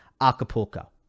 Acapulco